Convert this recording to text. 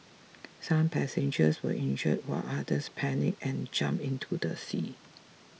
some passengers were injured while others panicked and jumped into the sea